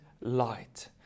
light